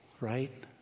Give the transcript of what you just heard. right